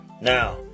Now